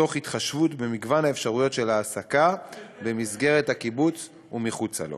תוך התחשבות במגוון האפשרויות של העסקה במסגרת הקיבוץ ומחוצה לו,